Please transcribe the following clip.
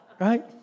Right